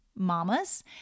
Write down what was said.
mamas